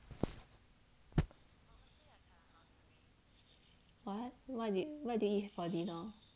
what what they did what did you eat for dinner